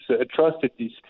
atrocities